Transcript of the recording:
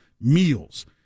meals